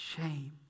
shame